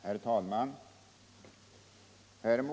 3, och anförde: Herr talman!